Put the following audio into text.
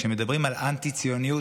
כשמדברים על אנטי-ציוניות,